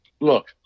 look